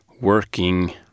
working